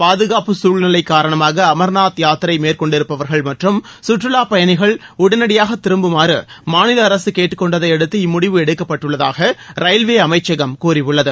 பாதுகாப்பு சூழ்நிலை காரணமாக அமர்நாத் யாத்திரை மேற்கொண்டிருப்பவர்கள் மற்றும் சுற்றுவா பயணிகள் உடனடியாக திரும்புமாறு மாநில அரசு கேட்டுக்கொண்டதையடுத்து இம்முடிவு எடுக்கப்பட்டுள்ளதாக ரயில்வே அமைச்சகம் கூறியுள்ளது